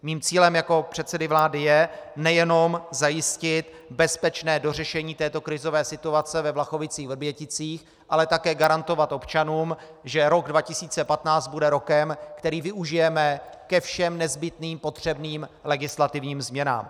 Mým cílem jako předsedy vlády je nejenom zajistit bezpečné dořešení této krizové situace ve VlachovicíchVrběticích, ale také garantovat občanům, že rok 2015 bude rokem, který využijeme ke všem nezbytným potřebným legislativním změnám.